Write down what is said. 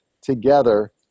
together